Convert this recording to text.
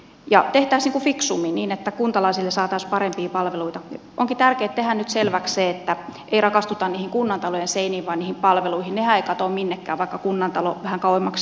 ja pelkäsi fiksummin niin että kuntalaisille saatas parempi palveluita on pitääkö hän nyt selväksi että ei rakastuta niihin kunnantalojen seiniin vaan palveluihin häitä tomin ikävä kunnantalo vähän kauemmaksi